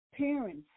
Parents